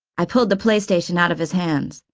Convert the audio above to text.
i pulled the playstation out of his hands.